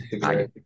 Hi